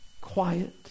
quiet